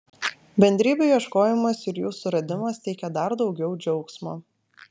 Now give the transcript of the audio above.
bendrybių ieškojimas ir jų suradimas teikia dar daugiau džiaugsmo